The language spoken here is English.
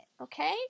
okay